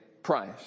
price